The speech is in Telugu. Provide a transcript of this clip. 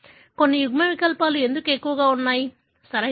కొన్ని యుగ్మవికల్పాలు ఎందుకు ఎక్కువగా ఉన్నాయి సరియైనదా